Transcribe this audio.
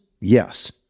Yes